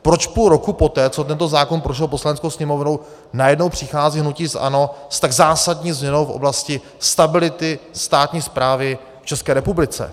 Proč půl roku poté, co tento zákon prošel Poslaneckou sněmovnou, najednou přichází hnutí ANO s tak zásadní změnou v oblasti stability státní správy v České republice?